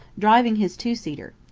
driving his two-seater.